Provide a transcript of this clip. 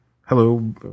hello